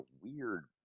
weird